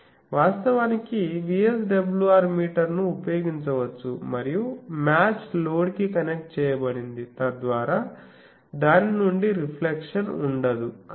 వాస్తవానికి VSWR మీటర్ను ఉపయోగించవచ్చు మరియు మ్యాచ్ లోడ్ కి కనెక్ట్ చేయబడింది తద్వారా దాని నుండి రిఫ్లెక్షన్ ఉండదు